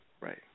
Right